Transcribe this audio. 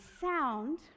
sound